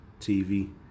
TV